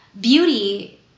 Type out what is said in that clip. Beauty